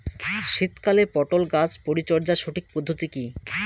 শীতকালে পটল গাছ পরিচর্যার সঠিক পদ্ধতি কী?